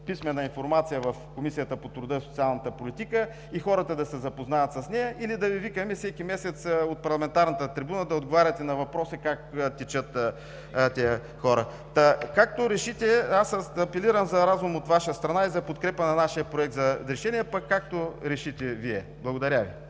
писмена информация в Комисията по труда, социалната и демографската политика и хората да се запознаят с нея, или да Ви викаме всеки месец от парламентарната трибуна да отговаряте на въпроса как текат тези разговори? Както решите, аз апелирам за разум от Ваша страна и за подкрепа на нашия Проект за решение, пък, както решите Вие. Благодаря Ви.